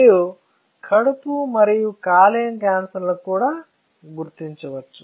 మరియు కడుపు మరియు కాలేయ క్యాన్సర్లను కూడా గుర్తించవచ్చు